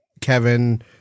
Kevin